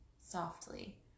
softly